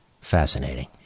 Fascinating